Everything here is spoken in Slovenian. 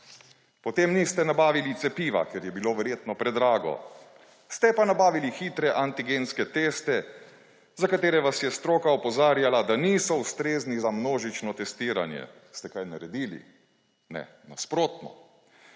Potem niste nabavili cepiva, ker je bilo verjetno predrago, ste pa nabavili hitre antigenske teste, za katere vas je stroka opozarjala, da niso ustrezni za množično testiranje. Ste kaj naredili? Ne, nasprotno,